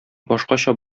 башкача